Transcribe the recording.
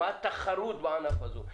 מה התחרות בענף הזה,